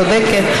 צודקת.